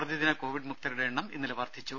പ്രതിദിന കോവിഡ് മുക്തരുടെ എണ്ണം ഇന്നലെ വർദ്ധിച്ചു